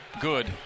Good